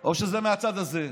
או שזה מהצד הזה.